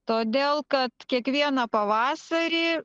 todėl kad kiekvieną pavasarį